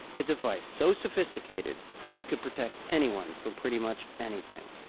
a device so sophisticated it could protect anyone from pretty much anything.